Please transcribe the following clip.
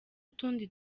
utundi